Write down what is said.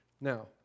Now